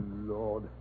Lord